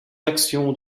actions